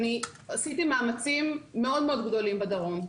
אני עשיתי מאמצים מאוד מאוד גדולים בדרום.